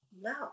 no